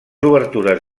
obertures